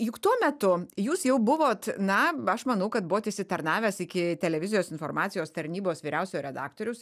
juk tuo metu jūs jau buvot na aš manau kad buvot išsitarnavęs iki televizijos informacijos tarnybos vyriausiojo redaktoriaus